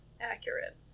Accurate